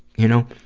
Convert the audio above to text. you know?